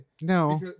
No